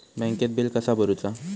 बँकेत बिल कसा भरुचा?